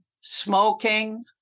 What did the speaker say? smoking